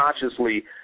consciously